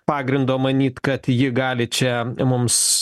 pagrindo manyt kad ji gali čia mums